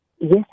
yes